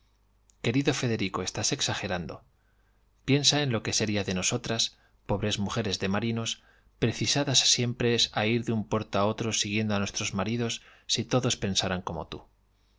querido federico estás exagerando piensa en lo que sería de nosotras pobres mujeres de marinos precisadas siempre a ir de un puerto a otro siguiendo a nuestros maridos si todos pensaran como tú